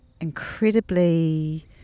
incredibly